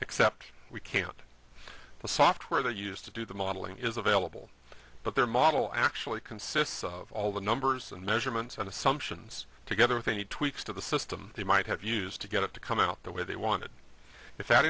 except we can't the software they used to do the modeling is available but their model actually consists of all the numbers and measurements and assumptions together with any tweaks to the system they might have used to get it to come out the way they wanted if that